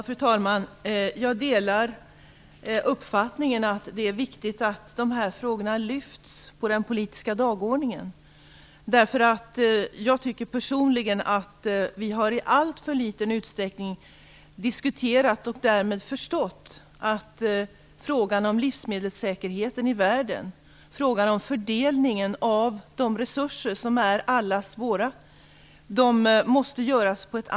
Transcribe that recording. Fru talman! Jag delar uppfattningen att det är viktigt att dessa frågor lyfts på den politiska dagordningen. Jag tycker personligen att vi i alltför liten utsträckning har diskuterat, och därmed förstått, att frågorna om livsmedelssäkerheten i världen och om fördelningen av allas våra resurser måste behandlas på ett annat sätt än i dag.